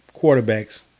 quarterbacks